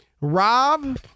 Rob